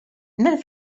nel